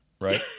Right